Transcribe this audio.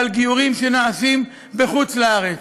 על גיורים שנעשים בחוץ-לארץ.